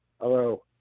Hello